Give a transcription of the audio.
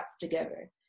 together